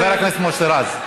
סליחה, חבר הכנסת מוסי רז.